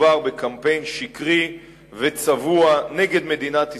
מדובר בקמפיין שקרי וצבוע נגד מדינת ישראל.